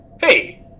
Hey